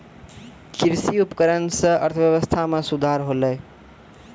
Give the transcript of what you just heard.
कृषि उपकरण सें अर्थव्यवस्था में सुधार होलय